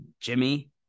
Jimmy